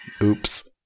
Oops